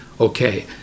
okay